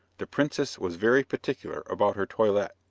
the princess was very particular about her toilette,